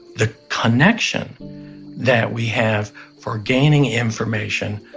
the connection that we have for gaining information,